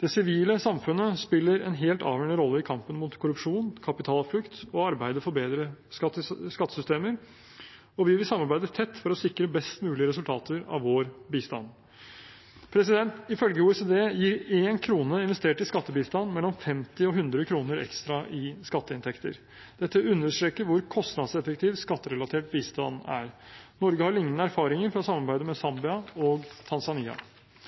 Det sivile samfunnet spiller en helt avgjørende rolle i kampen mot korrupsjon, kapitalflukt og arbeidet for bedre skattesystemer, og vi vil samarbeide tett for å sikre best mulig resultater av vår bistand. Ifølge OECD gir 1 kr investert i skattebistand mellom 50 og 100 kr ekstra i skatteinntekter. Dette understreker hvor kostnadseffektiv skatterelatert bistand er. Norge har lignende erfaringer fra samarbeidet med Zambia og